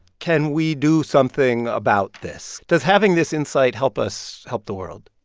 can we do something about this? does having this insight help us help the world?